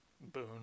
boon